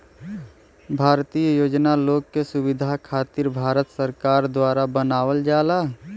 भारतीय योजना लोग के सुविधा खातिर भारत सरकार द्वारा बनावल जाला